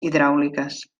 hidràuliques